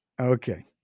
okay